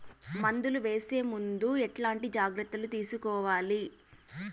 మందులు వేసే ముందు ఎట్లాంటి జాగ్రత్తలు తీసుకోవాలి?